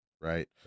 right